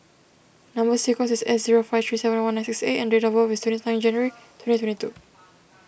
Number Sequence is S zero five three seven one nine six A and date of birth is twenty nine January twenty twenty two